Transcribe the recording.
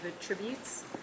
attributes